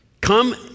Come